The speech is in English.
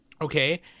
Okay